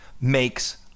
makes